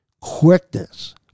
quickness